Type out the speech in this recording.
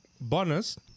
bonus